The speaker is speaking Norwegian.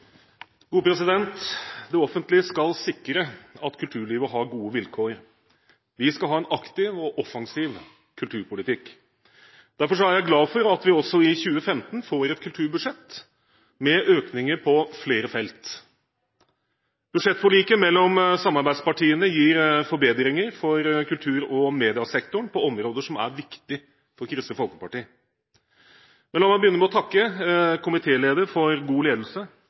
gode vilkår. Vi skal ha en aktiv og offensiv kulturpolitikk. Derfor er jeg glad for at vi også i 2015 får et kulturbudsjett med økninger på flere felt. Budsjettforliket mellom samarbeidspartiene gir forbedringer for kultur- og mediesektoren på områder som er viktige for Kristelig Folkeparti. Men la meg begynne med å takke komitélederen for god ledelse.